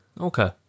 Okay